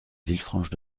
villefranche